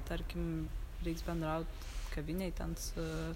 tarkim reiks bendraut kavinėj ten su